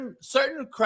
Certain